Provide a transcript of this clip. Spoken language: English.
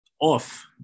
off